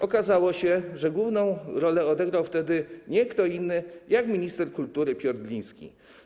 Okazało się, że główną rolę odegrał wtedy nie kto inny jak minister kultury Piotr Gliński.